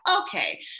okay